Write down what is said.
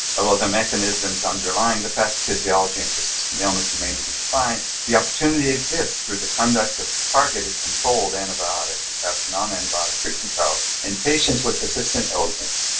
although the mechanisms underlying the pathophysiology in persistent illness remain to be defined, the opportunity exists for the conduct of targeted controlled antibiotic, and perhaps nonantibiotic treatment trials. in patients with persistent illness,